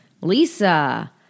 Lisa